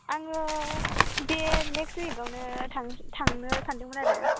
आङो बे नेक्सट उइकआवनो थांनो सान्दोंमोन आरो